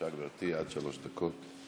בבקשה, גברתי, עד שלוש דקות.